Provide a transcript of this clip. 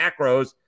macros